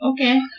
Okay